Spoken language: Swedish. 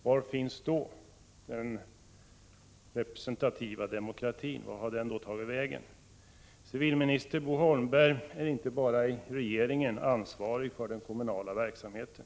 Vart har då den representativa demokratin tagit vägen? Civilminister Bo Holmberg är inte bara ansvarig i regeringen för den kommunala verksamheten.